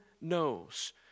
knows